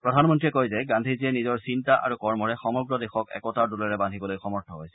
প্ৰধানমন্ত্ৰীয়ে কয় যে গান্ধীজীয়ে নিজৰ চিন্তা আৰু কৰ্মৰে সমগ্ৰ দেশক একতাৰ দোলেৰ বান্ধিবলৈ সমৰ্থ হৈছিল